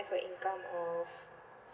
a income of